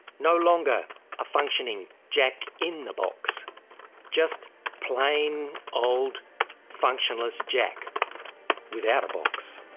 no longer a functioning jack in the box just plain old functionless jack without a box.